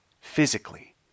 physically